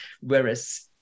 Whereas